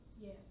Yes